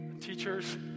teachers